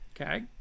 Okay